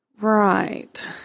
Right